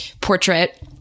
portrait